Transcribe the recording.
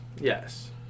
Yes